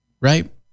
Right